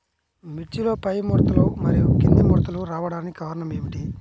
మిర్చిలో పైముడతలు మరియు క్రింది ముడతలు రావడానికి కారణం ఏమిటి?